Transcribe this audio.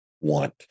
want